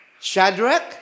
Shadrach